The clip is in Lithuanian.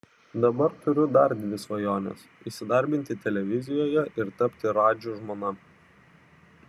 dabar turiu dar dvi svajones įsidarbinti televizijoje ir tapti radži žmona